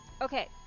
Okay